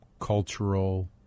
cultural